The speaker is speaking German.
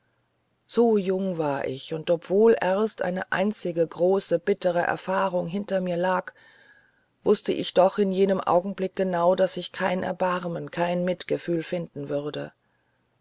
so jung ich war und obwohl erst eine einzige große bittere erfahrung hinter mir lag wußte ich doch in jenem augenblick genau daß ich kein erbarmen kein mitgefühl finden würde